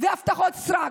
והבטחות סרק.